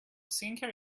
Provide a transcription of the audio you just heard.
singing